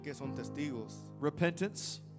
repentance